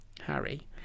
Harry